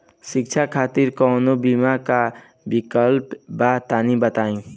शिक्षा खातिर कौनो बीमा क विक्लप बा तनि बताई?